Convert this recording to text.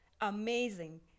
amazing